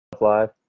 live